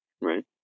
Right